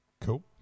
Cool